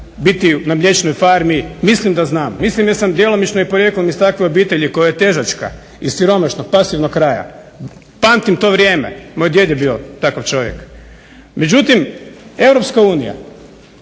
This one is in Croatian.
biti na mliječnoj farmi. Mislim da znam, mislim jer sam djelomično i porijeklom iz takve obitelji koja je težačka, iz siromašnog, pasivnog kraja. Pamtim to vrijeme. Moj djed je bio takav čovjek. Međutim, Europska unija